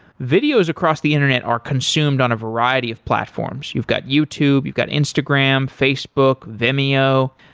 videos across the internet are consumed on a variety of platforms, you've got youtube, you've got instagram, facebook, vimeo.